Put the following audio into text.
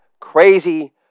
crazy